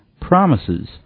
promises